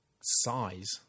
size